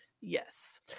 Yes